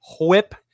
whip